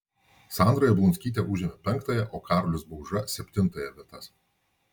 sandra jablonskytė užėmė penktąją o karolis bauža septintąją vietas